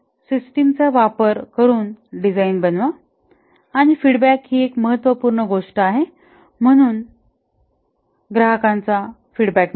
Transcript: म्हणून सिस्टम चा वापर करून डिझाईन बनवा आणि फीडबॅक ही एक महत्त्वपूर्ण गोष्ट आहे म्हणून ग्राहकांचा फीडबॅक मिळवा